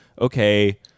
okay